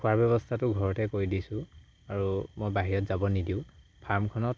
খোৱাৰ ব্যৱস্থাটো ঘৰতে কৰি দিছোঁ আৰু মই বাহিৰত যাব নিদিওঁ ফাৰ্মখনত